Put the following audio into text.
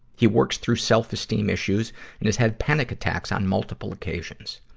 he works through self-esteem issues and has had panic attacks on multiple occasions.